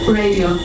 radio